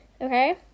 okay